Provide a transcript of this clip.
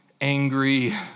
angry